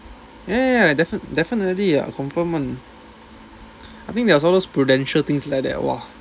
ya ya ya definitely definitely ya confirm one I think there was all those Prudential things like that !wah!